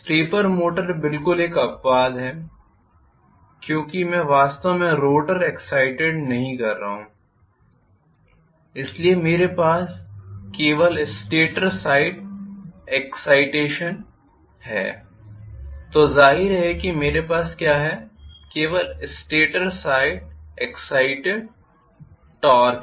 stepper motor बिल्कुल एक अपवाद है क्योंकि मैं वास्तव में रोटर एग्ज़ाइटेड नहीं कर रहा हूं इसलिए मेरे पास केवल स्टेटर साइड एक्साइटेशन है तो जाहिर है कि मेरे पास क्या है केवल स्टेटर साइड रिलक्टेन्स टॉर्क है